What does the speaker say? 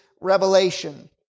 revelation